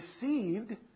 deceived